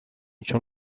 چون